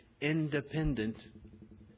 independent